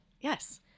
Yes